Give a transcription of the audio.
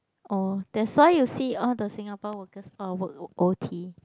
orh that's why you see all the Singaporean works all work oh o_t